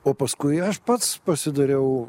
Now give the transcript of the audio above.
o paskui aš pats pasidariau